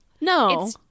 No